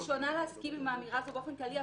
אני הראשונה להסכים עם האמירה הזאת באופן כללי.